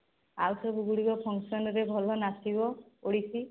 ଆଉ ସେଗୁଡ଼ିକ ଫଙ୍କସନ୍ରେ ଭଲ ନାଚିବ ଓଡ଼ିଶୀ